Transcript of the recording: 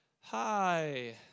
hi